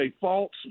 false